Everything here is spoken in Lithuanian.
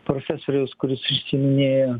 profesoriaus kuris užsiiminėjo